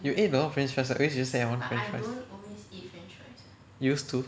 you eat though french fries you always say I want french fries used to